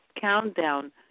countdown